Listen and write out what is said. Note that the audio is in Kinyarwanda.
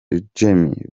jamie